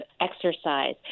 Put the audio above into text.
exercise